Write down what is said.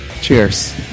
Cheers